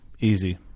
easy